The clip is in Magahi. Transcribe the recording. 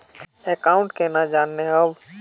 अकाउंट केना जाननेहव?